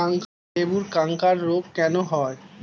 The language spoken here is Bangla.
লেবুর ক্যাংকার রোগ কেন হয়?